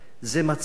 זה מצב,